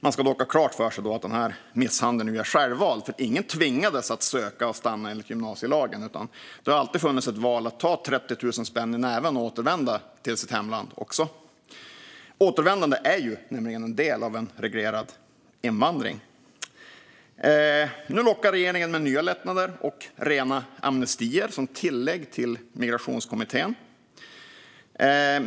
Man ska dock ha klart för sig att denna misshandel är självvald - ingen tvingades att söka asyl och att stanna i landet enligt gymnasielagen, utan det har alltid funnits ett val att ta 30 000 spänn i näven och återvända till sitt hemland. Återvändande är ju nämligen en del av en reglerad invandring. Nu lockar regeringen med nya lättnader och rena amnestier som tillägg till Migrationskommittén.